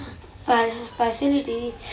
facility